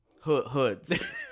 Hoods